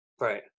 Right